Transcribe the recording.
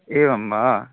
एवं वा